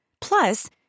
Plus